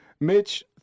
Mitch